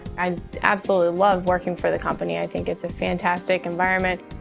i absolutely love working for the company, i think it's a fantastic environment.